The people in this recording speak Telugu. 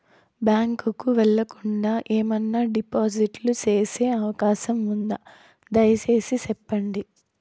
బ్యాంకు కు వెళ్లకుండా, ఏమన్నా డిపాజిట్లు సేసే అవకాశం ఉందా, దయసేసి సెప్పండి?